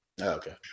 Okay